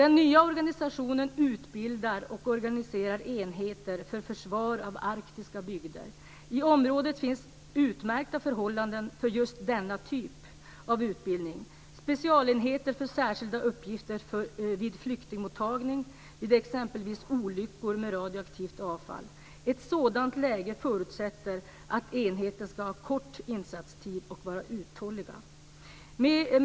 Den nya organisationen utbildar och organiserar enheter för försvar av arktiska bygder. I området finns utmärkta förhållanden för just denna typ av utbildning. Man kan ha specialenheter för särskilda uppgifter vid flyktingmottagning eller vid exempelvis olyckor med radioaktivt avfall. Ett sådant läge förutsätter att enheten ska ha kort insatstid och vara uthållig.